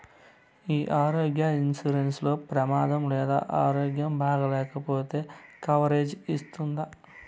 ఈ ఆరోగ్య ఇన్సూరెన్సు లో ప్రమాదం లేదా ఆరోగ్యం బాగాలేకపొతే కవరేజ్ ఇస్తుందా?